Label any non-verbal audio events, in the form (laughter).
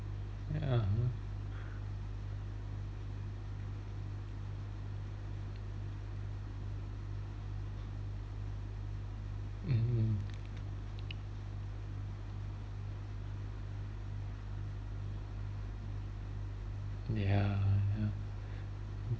yeah (uh huh) (breath) mm mm yeah (breath)